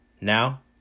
Now